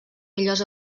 millors